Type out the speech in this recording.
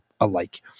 alike